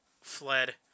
fled